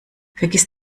vergiss